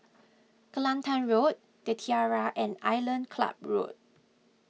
Kelantan Road the Tiara and Island Club Road